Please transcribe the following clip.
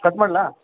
cut ಮಾಡಲಾ